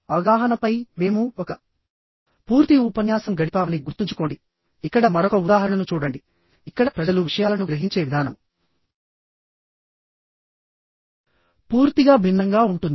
అవగాహనపై మేము ఒక పూర్తి ఉపన్యాసం గడిపామని గుర్తుంచుకోండిఇక్కడ మరొక ఉదాహరణను చూడండిఇక్కడ ప్రజలు విషయాలను గ్రహించే విధానం పూర్తిగా భిన్నంగా ఉంటుంది